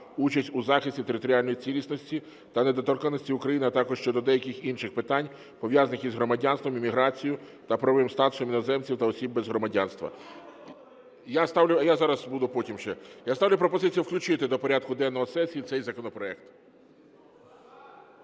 участь у захисті територіальної цілісності та недоторканності України, а також щодо деяких інших питань, пов’язаних із громадянством, імміграцією та правовим статусом іноземців та осіб без громадянства. Я ставлю… Я зараз буду… потім ще… Я ставлю пропозицію включити до порядку денного сесії цей законопроект.